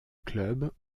club